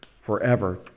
forever